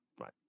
right